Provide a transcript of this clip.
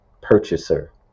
purchaser